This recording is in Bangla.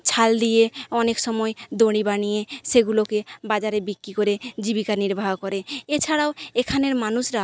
ছাল দিয়ে অনেক সময় দড়ি বানিয়ে সেগুলোকে বাজারে বিক্রি করে জীবিকা নির্বাহ করে এছাড়াও এখানের মানুষরা